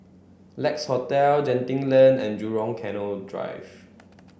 Lex Hotel Genting Lane and Jurong Canal Drive